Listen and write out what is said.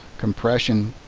compression.